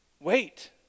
Wait